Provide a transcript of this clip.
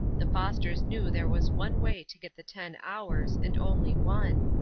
the fosters knew there was one way to get the ten hours, and only one.